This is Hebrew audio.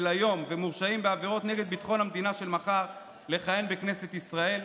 היום וממורשעים בעבירות נגד ביטחון המדינה של מחר לכהן בכנסת ישראל.